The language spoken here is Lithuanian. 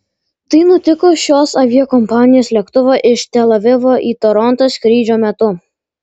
tai nutiko šios aviakompanijos lėktuvo iš tel avivo į torontą skrydžio metu